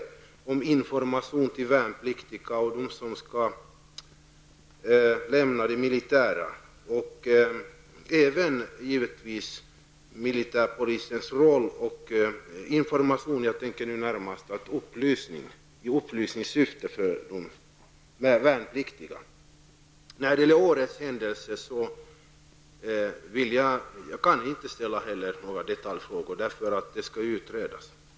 Gives det någon information till de värnpliktiga och till dem som lämnar det militära? Vilken roll har militärpolisen? När det gäller året händelse kan jag inte ställa några detaljfrågor, eftersom den skall utredas.